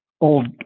old